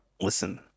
listen